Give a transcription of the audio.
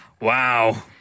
wow